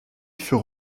fut